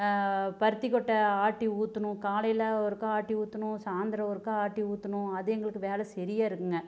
பருத்திக்கொட்டை ஆட்டி ஊற்றணும் காலையில் ஒருக்கா ஆட்டி ஊற்றணும் சாயந்தரம் ஒருக்கா ஆட்டி ஊற்றணும் அது எங்களுக்கு வேலை சரியா இருக்குங்க